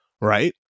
Right